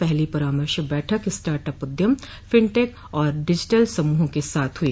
पहली परामर्श बैठक स्टार्टअप उद्यम फिनटेक और डिजिटल समूहों के साथ हुई